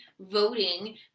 voting